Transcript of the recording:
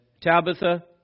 Tabitha